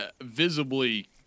visibly